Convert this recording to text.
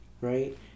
right